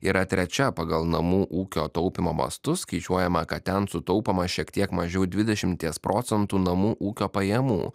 yra trečia pagal namų ūkio taupymo mastus skaičiuojama kad ten sutaupoma šiek tiek mažiau dvidešimties procentų namų ūkio pajamų